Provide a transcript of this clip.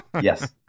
Yes